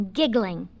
giggling